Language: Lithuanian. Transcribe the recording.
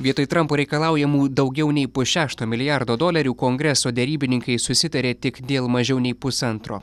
vietoj trampo reikalaujamų daugiau nei pusšešto milijardo dolerių kongreso derybininkai susitarė tik dėl mažiau nei pusantro